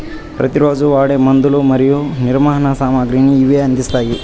ప్రతి రోజు వాడే మందులు మరియు నిర్మాణ సామాగ్రిని ఇవి అందిస్తాయి